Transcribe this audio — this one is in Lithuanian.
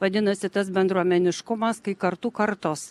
vadinasi tas bendruomeniškumas kai kartų kartos